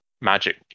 magic